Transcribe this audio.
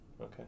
okay